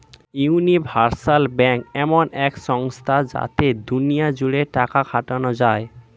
universal bank এমন এক সংস্থা যাতে দুনিয়া জুড়ে টাকা খাটানো যায়